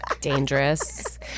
Dangerous